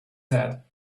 head